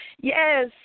Yes